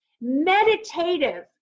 meditative